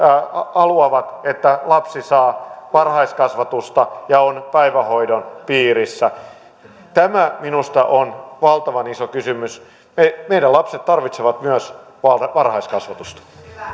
haluavat että lapsi saa varhaiskasvatusta ja on päivähoidon piirissä tämä minusta on valtavan iso kysymys meidän lapsemme tarvitsevat myös varhaiskasvatusta